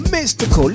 Mystical